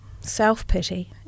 self-pity